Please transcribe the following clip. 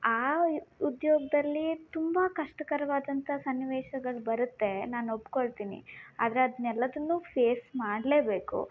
ಆ ಉದ್ಯೋಗದಲ್ಲಿ ತುಂಬ ಕಷ್ಟಕರವಾದಂತ ಸನ್ನಿವೇಶಗಳನ್ನು ಬರುತ್ತೆ ನಾನು ಒಪ್ಕೊಳ್ತೀನಿ ಆದರೆ ಅದ್ನ ಎಲ್ಲದನ್ನು ಫೇಸ್ ಮಾಡಲೆಬೇಕು